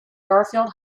garfield